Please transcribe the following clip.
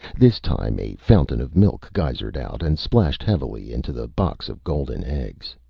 this time a fountain of milk geysered out and splashed heavily into the box of golden eggs.